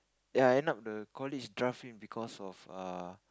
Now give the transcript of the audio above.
ya end up the college draft him because of err